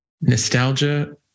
nostalgia